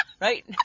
right